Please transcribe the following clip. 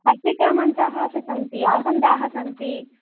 पट्टिकामञ्चाः अपि सन्ति आसन्दाः सन्ति